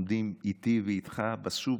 עומדים איתי ואיתך בסופר,